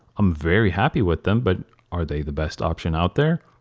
i'm very happy with them but are they the best option out there?